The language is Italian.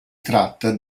tratta